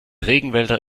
regenwälder